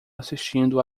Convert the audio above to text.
assistindo